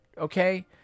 okay